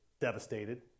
devastated